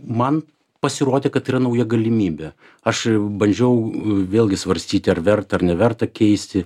man pasirodė kad tai yra nauja galimybė aš bandžiau vėlgi svarstyti ar verta ar neverta keisti